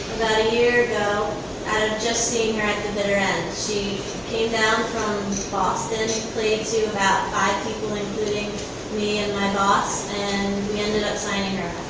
a year ago and just seeing her at the bitter end. she came down from boston, played to about five people including me and my boss and we ended up signing her.